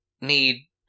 need